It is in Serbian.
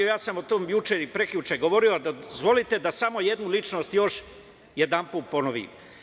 Ja sam o tome juče i prekjuče govorio, ali dozvolite da samo jednu ličnost još jedanput ponovim.